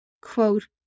quote